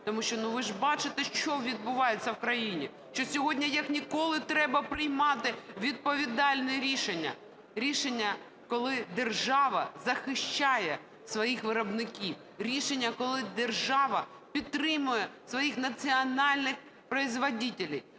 Тому що ви ж бачите, що відбувається в країні: що сьогодні як ніколи треба приймати відповідальне рішення – рішення, коли держава захищає своїх виробників, рішення, коли держава підтримує своїх національних производителей,